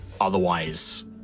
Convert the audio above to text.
Otherwise